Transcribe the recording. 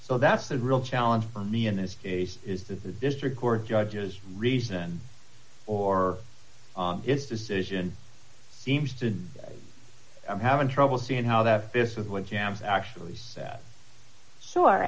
so that's a real challenge for me in this case is that the district court judge is reason or its decision seems did i'm having trouble seeing how that fits with what champ actually s